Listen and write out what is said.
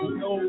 no